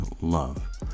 love